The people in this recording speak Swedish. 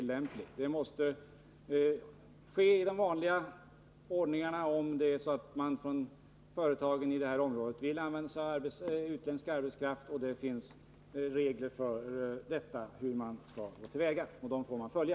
Tillståndsprövningen måste ske i vanlig ordning om företaget i detta område vill använda utländsk arbetskraft. Det finns regler för hur man går till väga, och dem måste man följa.